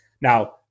Now